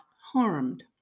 harmed